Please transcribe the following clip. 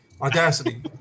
audacity